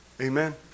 Amen